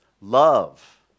love